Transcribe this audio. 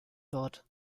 dort